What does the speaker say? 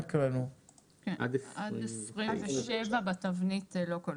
עד 27 בתבנית, לא כולל.